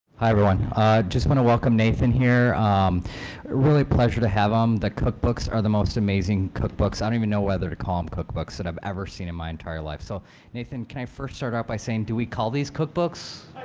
hi everyone. i just want to welcome nathan here. a really pleasure to have him. um the cookbooks are the most amazing cookbooks. i don't even know whether to call them um cookbooks that i've ever seen in my entire life. so nathan, can i first start out by saying do we call these cookbooks?